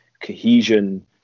cohesion